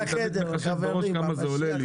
אני תמיד מחשב בראש כמה זה עולה לי.